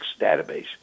database